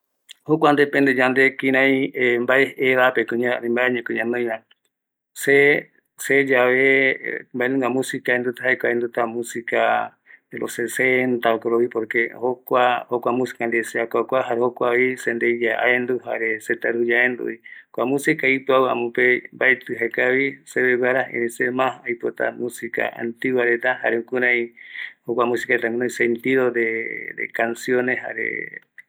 Jokua depende yande kïraï, mbae edad peko ñaiva se, seyave, mbaenunga música jaeko aenduta musica de los sesenta por que jokua música ndeve se akuakua, jare jokuavi sendeiguie aendu jare setaïruju yave aenduvi, kua música ipïau amope mbaetï jaekavi seveguara, erei se mas aipota música antiguareta, jare jukuraï jokua música reta guinoi sentido de canciones jaree.